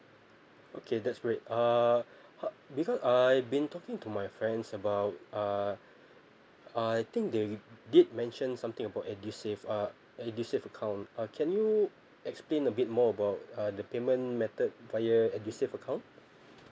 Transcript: okay that's great uh because uh I've been talking to my friends about uh I think they did mention something about edusave uh edusave account uh can you explain a bit more about uh the payment method via edusave account